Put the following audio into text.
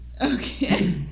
okay